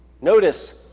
Notice